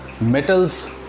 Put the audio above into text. metals